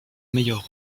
meilleur